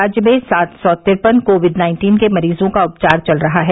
राज्य में सात सौ तिरपन कोविड नाइन्टीन के मरीजों का उपचार चल रहा है